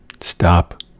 Stop